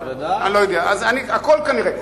הכול כנראה.